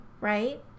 right